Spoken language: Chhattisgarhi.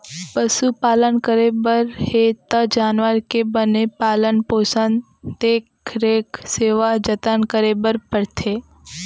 पसु पालन करे बर हे त जानवर के बने पालन पोसन, देख रेख, सेवा जनत करे बर परथे